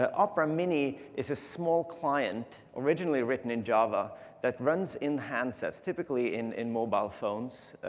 ah opera mini is a small client originally written in java that runs in handsets, typically in in mobile phones,